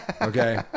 Okay